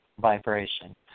vibration